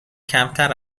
کمتر